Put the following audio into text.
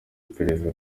iperereza